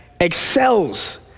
excels